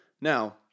Now